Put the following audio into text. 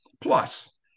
Plus